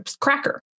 cracker